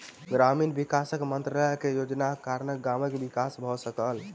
ग्रामीण विकास मंत्रालय के योजनाक कारणेँ गामक विकास भ सकल